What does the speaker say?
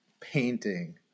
painting